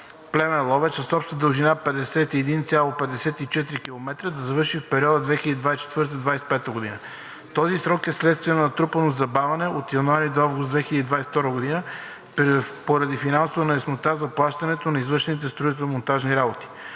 Плевен – Ловеч, с обща дължина 51,54 км да завърши в периода 2024 – 2025 г. Този срок е вследствие на натрупано забавяне от януари до август 2022 г. поради финансова неяснота за плащането на извършените строително-монтажни работи.